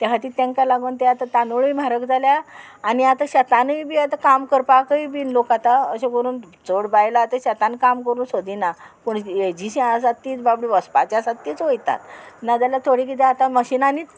त्या खातीर तांकां लागून ते आतां तांदुळूय म्हारग जाल्या आनी आतां शेतांनूय बी आतां काम करपाकय बी लोक आतां अशें करून चड बायलां आतां शेतान काम करून सोदिना पूण एजी शी आसात तीच बाबडीं वचपाची आसात तीच वयतात नाजाल्यार थोडीं कितें आतां मशिनांनीच